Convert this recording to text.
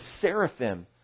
seraphim